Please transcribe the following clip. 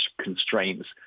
constraints